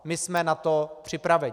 My jsme na to připraveni.